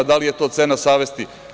Da li je to cena savesti?